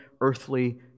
earthly